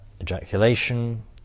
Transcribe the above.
ejaculation